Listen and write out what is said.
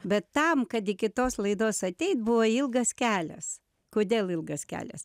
bet tam kad iki tos laidos ateit buvo ilgas kelias kodėl ilgas kelias